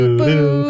boo